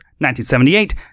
1978